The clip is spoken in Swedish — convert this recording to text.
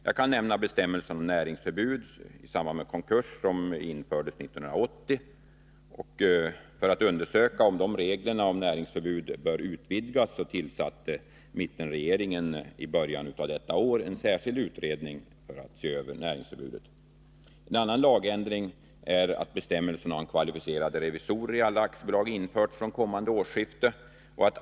Jag kan nämna att bestämmelser om näringsförbud i samband med konkurs infördes 1980. För att undersöka om dessa regler om näringsförbud bör utvidgas tillsatte mittenregeringen i början av detta år en särskild utredning för att se över näringsförbudet. En annan lagändring är att bestämmelser om kvalificerade revisorer i alla nya aktiebolag införs från kommande årsskifte.